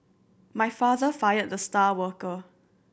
my father fired the star worker